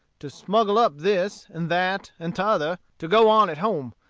to smuggle up this, and that, and t'other, to go on at home.